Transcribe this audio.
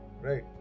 right